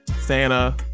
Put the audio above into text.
Santa